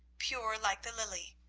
pure like the lily,